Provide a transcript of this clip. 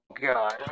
God